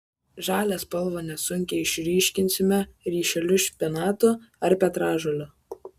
žalią spalvą nesunkiai išryškinsime ryšeliu špinatų ar petražolių